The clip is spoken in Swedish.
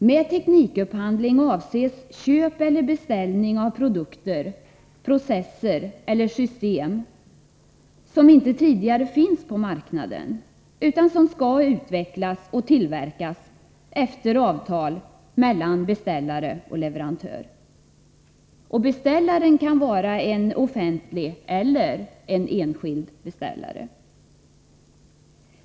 Med teknikupphandling avses köp eller beställning av produkter, processer eller system som inte tidigare finns på marknaden, utan som skall utvecklas och tillverkas efter avtal mellan beställare och leverantör. Beställaren kan vara en offentlig eller en enskild beställare.